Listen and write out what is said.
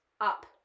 up